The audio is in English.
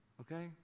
okay